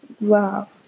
Wow